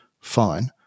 fine